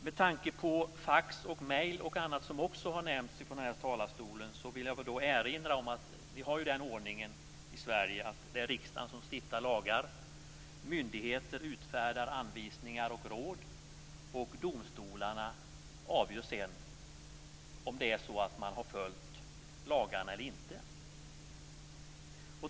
Med tanke på fax, mejl och annat som också har nämnts från talarstolen vill jag erinra om att vi har den ordningen i Sverige att det är riksdagen som stiftar lagar, myndigheter som utfärdar anvisningar och råd och domstolarna som avgör om man har följt lagarna eller inte.